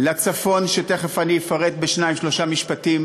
לצפון, ותכף אני אפרט בשניים-שלושה משפטים